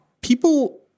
people